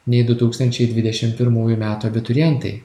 nei du tūkstančiai dvidešim pirmųjų metų abiturientai